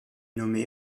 nommé